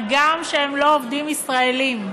הגם שהם לא עובדים ישראלים.